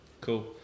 Cool